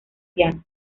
piano